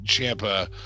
Champa